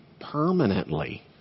permanently